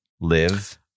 live